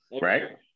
right